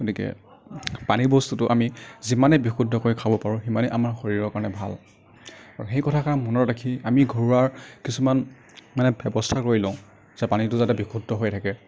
গতিকে পানী বস্তুটো আমি যিমানেই বিশুদ্ধ কৰি খাব পাৰোঁ সিমানেই আমাৰ শৰীৰৰ কাৰণে ভাল আৰু সেই কথাষাৰ মনত ৰাখি আমি ঘৰুৱা কিছুমান মানে ব্যৱস্থা কৰি লওঁ যে পানীটো যাতে বিশুদ্ধ হৈ থাকে